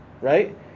right